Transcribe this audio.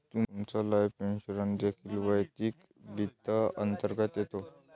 तुमचा life insurance देखील वैयक्तिक वित्त अंतर्गत येतो